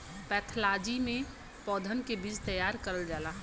pathology में पौधा के बीज तैयार करल जाला